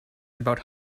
about